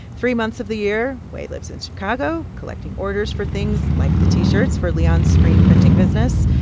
three months of the year, wei lives in chicago, collecting orders for things like the t-shirts for leon's screenprinting business.